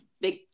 big